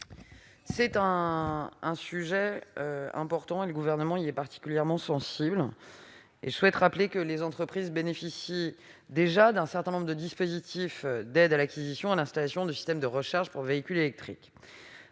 d'un sujet important auquel le Gouvernement est particulièrement sensible. Les entreprises bénéficient déjà d'un certain nombre de dispositifs d'aide à l'acquisition et à l'installation de systèmes de recharge pour véhicules électriques-